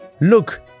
Look